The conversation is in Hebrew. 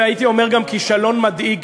והייתי אומר גם כישלון מדאיג,